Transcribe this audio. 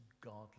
godly